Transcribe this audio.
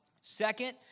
Second